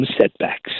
setbacks